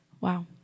Wow